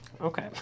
okay